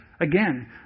Again